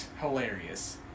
Hilarious